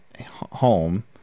home